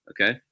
Okay